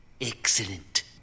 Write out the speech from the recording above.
Excellent